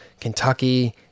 kentucky